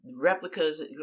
replicas